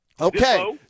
Okay